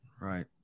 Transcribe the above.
right